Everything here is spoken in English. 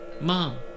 Mom